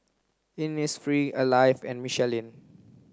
Innisfree Alive and Michelin